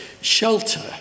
Shelter